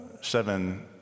seven